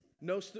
No